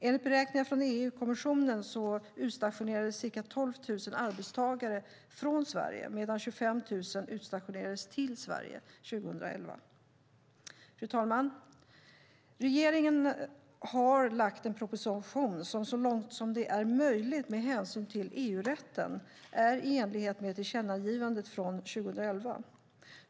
Enligt beräkningar från EU-kommissionen utstationerades ca 12 000 arbetstagare från Sverige medan ca 25 000 utstationerades till Sverige 2011. Fru talman! Regeringen har lagt en proposition som så långt det är möjligt med hänsyn till EU-rätten är i enlighet med tillkännagivandet från 2011.